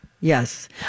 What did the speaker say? Yes